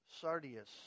sardius